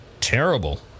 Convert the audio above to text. terrible